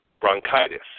bronchitis